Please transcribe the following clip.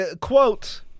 Quote